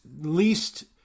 least